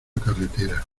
carretera